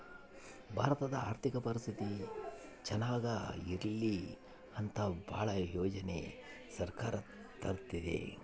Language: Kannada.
ಭಾರತದ ಆರ್ಥಿಕ ಪರಿಸ್ಥಿತಿ ಚನಾಗ ಇರ್ಲಿ ಅಂತ ಭಾಳ ಯೋಜನೆ ಸರ್ಕಾರ ತರ್ತಿದೆ